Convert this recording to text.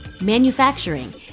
manufacturing